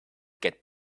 get